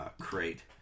crate